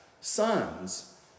sons